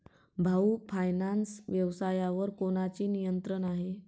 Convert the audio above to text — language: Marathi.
भाऊ फायनान्स व्यवसायावर कोणाचे नियंत्रण आहे?